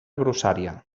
grossària